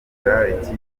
nyakwigendera